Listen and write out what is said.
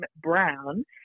Brown